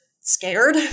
scared